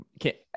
Okay